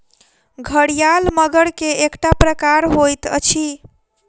घड़ियाल मगर के एकटा प्रकार होइत अछि